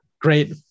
Great